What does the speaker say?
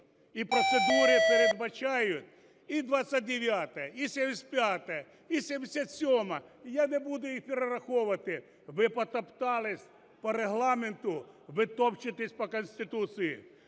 і процедури передбачають і 29-у, і 75-у, і 77-у, я не буду їх перераховувати. Ви потоптались по Регламенту, ви топчетесь по Конституції.